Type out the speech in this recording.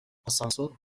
آسانسور